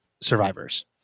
survivors